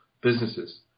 businesses